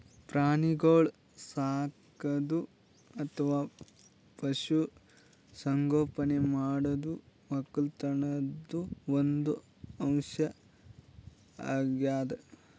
ಪ್ರಾಣಿಗೋಳ್ ಸಾಕದು ಅಥವಾ ಪಶು ಸಂಗೋಪನೆ ಮಾಡದು ವಕ್ಕಲತನ್ದು ಒಂದ್ ಅಂಶ್ ಅಗ್ಯಾದ್